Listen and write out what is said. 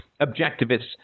objectivists